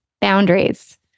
boundaries